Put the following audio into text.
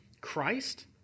Christ